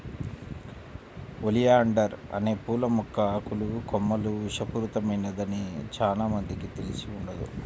oleander అనే పూల మొక్క ఆకులు, కొమ్మలు విషపూరితమైనదని చానా మందికి తెలిసి ఉండదు